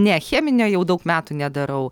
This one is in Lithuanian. ne cheminio jau daug metų nedarau